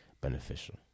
beneficial